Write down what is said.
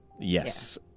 Yes